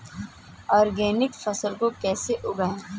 Organic फसल को कैसे उगाएँ?